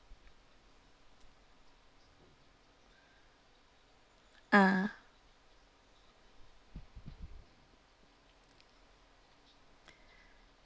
ah